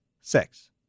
Six